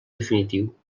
definitiu